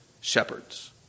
shepherds